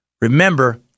Remember